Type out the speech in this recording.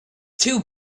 too